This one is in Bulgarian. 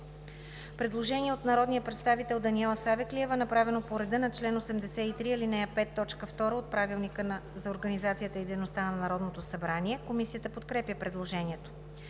предложение от народния представител Даниела Савеклиева, направено по реда на чл. 83, ал. 5, т. 2 от Правилника за организацията и дейността на Народното събрание. Комисията подкрепя предложението.